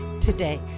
today